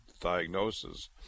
diagnosis